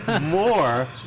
more